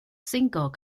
single